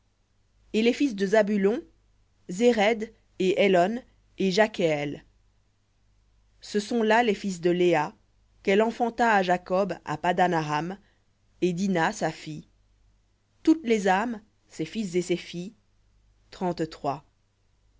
et les fils de zabulon séred et élon et jakhleël ce sont là les fils de léa qu'elle enfanta à jacob à paddan aram et dina sa fille toutes les âmes ses fils et ses filles trente-trois